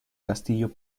castillo